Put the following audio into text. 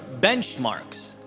benchmarks